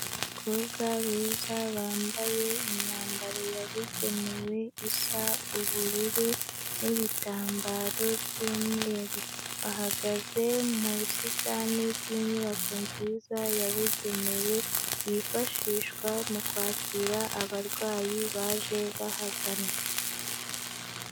Abakobwa beza bambaye imyambaro yabugenewe isa ubururu n'ibitambaro by'umweru, bahagaze mu busitani bw'inyubako nziza yabugenewe yifashishwa mu kwakira abarwayi baje bahagana.